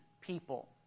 people